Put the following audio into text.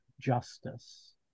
justice